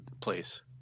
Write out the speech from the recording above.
place